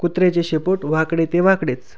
कुत्र्याचे शेपूट वाकडे ते वाकडेच